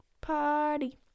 party